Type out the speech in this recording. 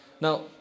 now